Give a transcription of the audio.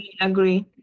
agree